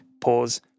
pause